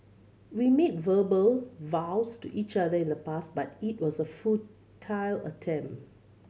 we made verbal vows to each other in the past but it was a futile attempt